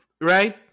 right